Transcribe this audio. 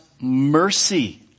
mercy